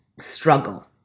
struggle